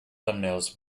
thumbnails